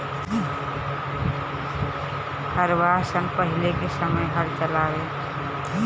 हरवाह सन पहिले के समय हल चलावें